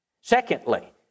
Secondly